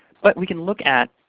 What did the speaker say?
but we can look at,